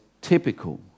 typical